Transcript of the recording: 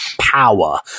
power